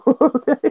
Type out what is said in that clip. okay